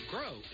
Grow